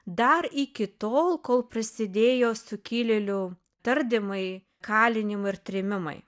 dar iki tol kol prasidėjo sukilėlių tardymai kalinimai ir trėmimai